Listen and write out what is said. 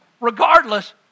regardless